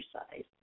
exercise